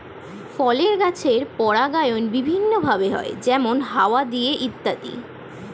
ফলের গাছের পরাগায়ন বিভিন্ন ভাবে হয়, যেমন হাওয়া দিয়ে ইত্যাদি